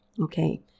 okay